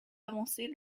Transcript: avancer